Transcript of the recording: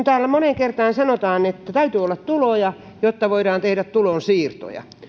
täällä moneen kertaan sanotaan että täytyy olla tuloja jotta voidaan tehdä tulonsiirtoja